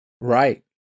Right